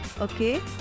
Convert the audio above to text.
Okay